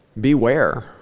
Beware